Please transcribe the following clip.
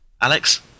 Alex